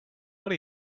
what